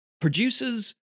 Producers